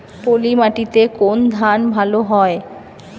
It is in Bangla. পলিমাটিতে কোন ধান ভালো হয়?